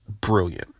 brilliant